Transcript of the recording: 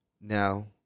Now